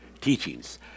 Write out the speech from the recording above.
teachings